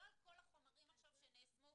לא על כל החומרים עכשיו שנאספו.